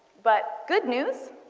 but good news,